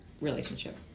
relationship